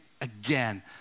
again